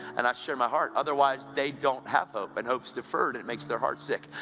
and i share my heart. otherwise, they don't have hope, and hope's deferred it makes their heart sick.